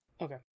Okay